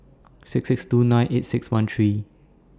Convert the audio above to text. six six two nine eight six one three